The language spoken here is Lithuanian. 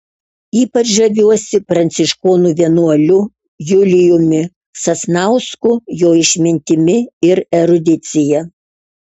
ypač žaviuosi pranciškonų vienuoliu juliumi sasnausku jo išmintimi ir erudicija